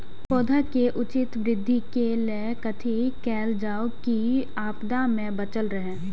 पौधा के उचित वृद्धि के लेल कथि कायल जाओ की आपदा में बचल रहे?